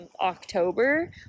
October